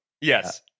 Yes